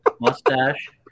mustache